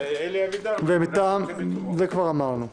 ואלי אבידר --- את זה כבר אמרנו.